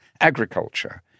agriculture